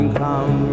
come